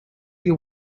you